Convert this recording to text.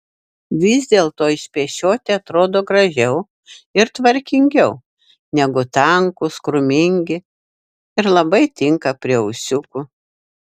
vis dėlto išpešioti atrodo gražiau ir tvarkingiau negu tankūs krūmingi ir labai tinka prie ūsiukų